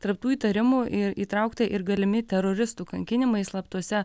taptų įtarimu ir įtraukti ir galimi teroristų kankinimai slaptuose